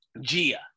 Gia